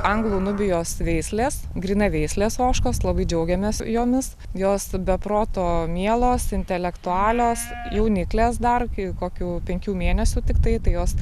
anglų nubijos veislės grynaveislės ožkos labai džiaugiamės jomis jos be proto mielos intelektualios jauniklės dar kai kokių penkių mėnesių tiktai tai jos